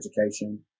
education